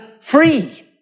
free